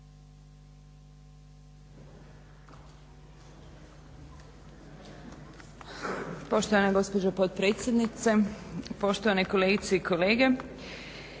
Poštovana gospođo potpredsjednice, poštovane kolegice i kolege.